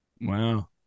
Wow